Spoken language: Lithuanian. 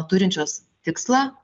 turinčios tikslą